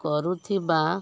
କରୁଥିବା